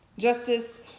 Justice